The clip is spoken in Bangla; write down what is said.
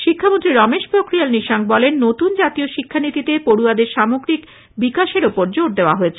শিক্ষামন্ত্রী রমেশ পোখরিয়াল নিশঙ্ক বলেন নতুন জাতীয় শিক্ষানীতিতে পড়য়াদের সামগ্রিক বিকাশের ওপর জোর দেওয়া হয়েছে